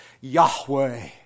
Yahweh